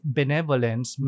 benevolence